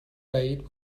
بعید